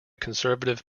conservative